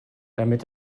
damit